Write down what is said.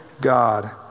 God